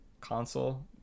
console